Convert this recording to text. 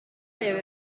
jau